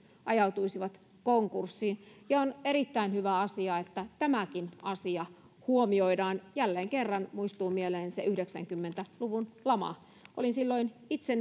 ajautuisivat konkurssiin ja on erittäin hyvä asia että tämäkin asia huomioidaan jälleen kerran muistuu mieleen se yhdeksänkymmentä luvun lama olin silloin itse